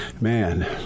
man